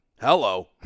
Hello